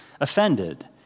offended